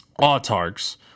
autarchs